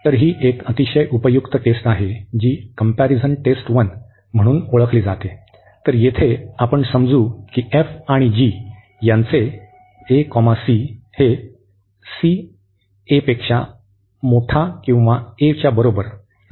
तर ही एक अतिशय उपयुक्त टेस्ट आहे जी कमपॅरिझन टेस्ट 1 म्हणून ओळखली जाते